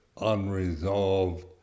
Unresolved